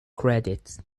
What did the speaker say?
credits